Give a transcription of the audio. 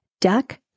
duck